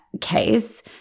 case